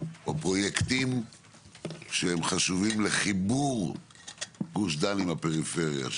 פרויקטים שהם חשובים לחיבור גוש דן עם הפריפריה,